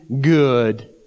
good